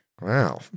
Wow